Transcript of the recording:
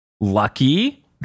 Lucky